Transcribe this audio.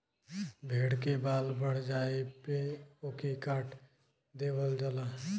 भेड़ के बाल बढ़ जाये पे ओके काट देवल जाला